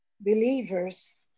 believers